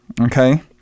okay